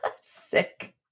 Sick